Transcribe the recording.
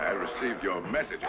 i receive your message